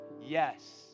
Yes